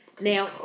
Now